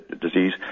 disease